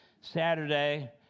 Saturday